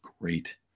great